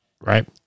right